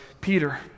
Peter